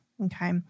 okay